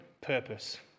purpose